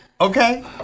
Okay